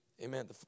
Amen